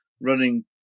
running